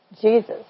Jesus